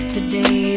Today